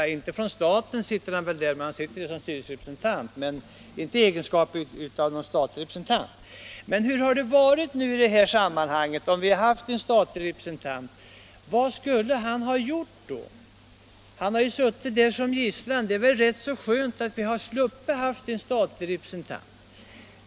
Han är inte tillsatt för att företräda staten. Men hur hade det varit, om vi hade haft en statlig representant i detta sammanhang? Vad skulle han ha gjort? Han hade ju suttit där som en gisslan, och det är väl rätt skönt att vi sluppit ha en sådan statlig representant.